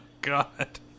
God